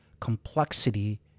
complexity